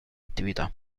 attività